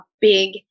big